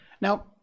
Now